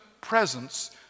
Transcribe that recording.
presence